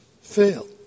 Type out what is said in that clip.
fail